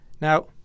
Now